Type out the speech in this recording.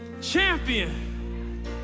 Champion